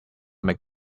make